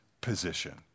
position